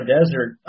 Desert